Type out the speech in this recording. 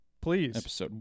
Please